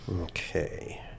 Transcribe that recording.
Okay